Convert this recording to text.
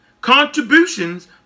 contributions